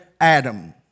Adam